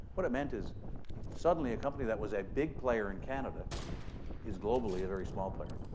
what it meant is suddenly, a company that was a big player in canada is globally a very small player.